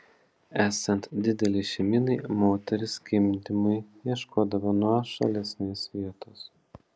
esant didelei šeimynai moterys gimdymui ieškodavo nuošalesnės vietos